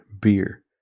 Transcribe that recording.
beer